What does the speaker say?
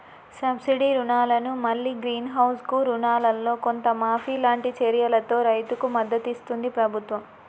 subsidy రుణాలను మల్లి green house కు రుణాలల్లో కొంత మాఫీ లాంటి చర్యలతో రైతుకు మద్దతిస్తుంది ప్రభుత్వం